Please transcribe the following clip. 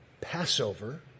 Passover